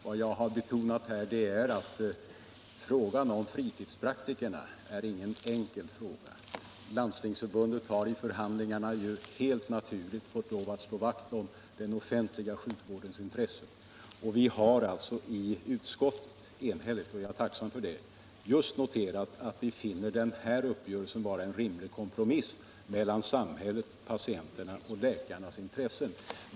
Vad jag har betonat här är att frågan om fritidspraktikerna ingalunda är enkel. Landstingsförbundet har vid förhandlingarna helt naturligt fått lov att slå vakt om den offentliga sjukvårdens intressen, och vi har i utskottet — vilket jag är tacksam för — enhälligt noterat att vi finner denna uppgörelse vara en rimlig kompromiss mellan samhällets, patienternas och läkarnas intressen.